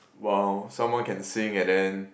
!wow! someone can sing and then